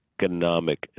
economic